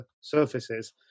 surfaces